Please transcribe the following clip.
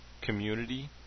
community